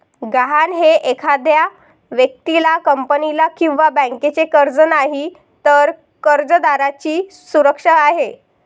गहाण हे एखाद्या व्यक्तीला, कंपनीला किंवा बँकेचे कर्ज नाही, तर कर्जदाराची सुरक्षा आहे